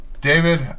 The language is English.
David